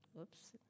Oops